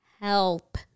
Help